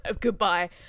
Goodbye